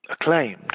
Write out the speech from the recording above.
acclaimed